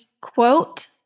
quote